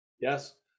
Yes